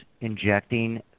injecting